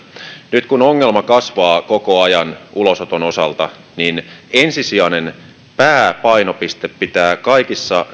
nyt kun ongelma kasvaa koko ajan ulosoton osalta niin ensisijaisen pääpainopisteen pitää kaikissa